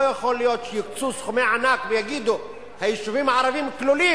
לא יכול להיות שיוקצו סכומי ענק ויגידו: היישובים הערביים כלולים,